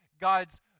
God's